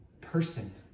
person